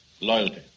loyalty